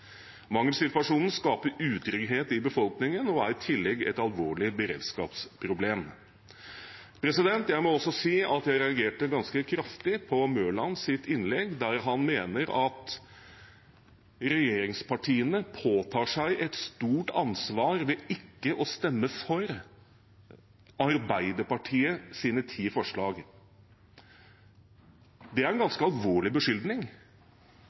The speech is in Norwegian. skaper utrygghet i befolkningen og er i tillegg et alvorlig beredskapsproblem. Jeg må også si at jeg reagerte ganske kraftig på Mørlands innlegg, der han mener at regjeringspartiene påtar seg et stort ansvar ved ikke å stemme for Arbeiderpartiets ti forslag. Det er en ganske alvorlig